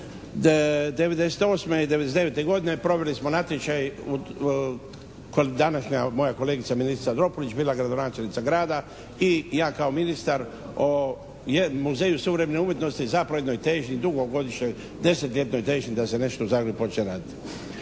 '98. i '99. godine proveli smo natječaj, današnja moja kolegica ministrica Dropulić bila gradonačelnica grada i ja kao ministar o muzeju suvremene umjetnosti zapravo jednoj težnji dugogodišnjoj, desetljetnoj težnji da se nešto u Zagrebu počne raditi.